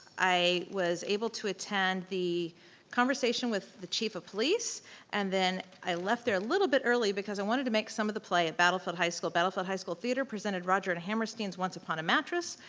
i was able to attend the conversation with the chief of police and then, i left there a little bit early because i wanted to make some of the play at battlefield high school. battlefield high school theater presented roger and hammerstein's once upon a mattress.